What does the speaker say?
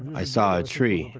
i saw a tree,